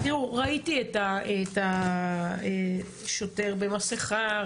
ראיתי את השוטר במסכה.